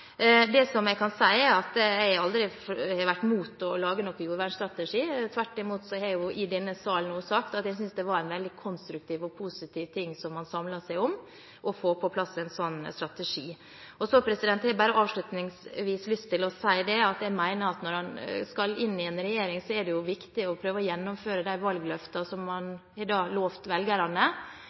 Det jeg kan si, er at jeg aldri har vært imot å lage en jordvernstrategi. Tvert imot har jeg jo i denne salen nå sagt at jeg synes det at man samlet seg om å få på plass en slik strategi, var veldig konstruktivt og positivt. Så har jeg bare avslutningsvis lyst til å si at jeg mener at når man skal inn i en regjering, er det viktig å prøve å gjennomføre de valgløftene man har gitt velgerne. At det lønner seg på lang sikt, er